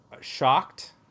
shocked